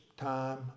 time